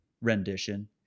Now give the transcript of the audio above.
rendition